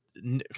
no